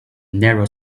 narrow